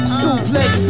suplex